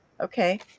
Okay